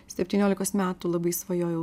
septyniolikos metų labai svajojau